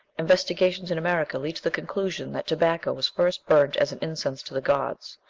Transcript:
investigations in america lead to the conclusion that tobacco was first burnt as an incense to the gods,